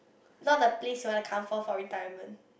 not the place you wanna come for for retirement